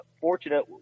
fortunate